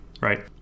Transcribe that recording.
right